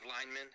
linemen